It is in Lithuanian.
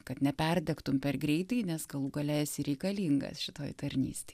kad neperdegtum per greitai nes galų gale esi reikalingas šitoj tarnystėj